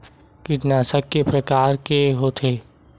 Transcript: कीटनाशक के प्रकार के होथे?